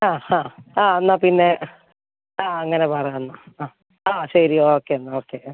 ആ ഹാ ആ എന്നാൽ പിന്നെ ആ അങ്ങനെ പറ എന്നാൽ ആ ആ ശരി ഓക്കെ എന്നാൽ ഓക്കെ ആ